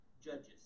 Judges